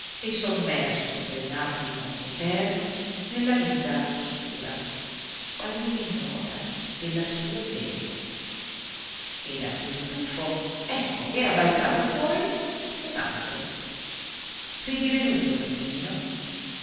e sommerso per un attimo eterno nella vita oscura a lui ignota della sua gente e da quel tutto ecco era balzato fuori un altro ridivenuto bambino